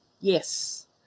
Yes